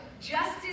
justice